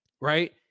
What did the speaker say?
right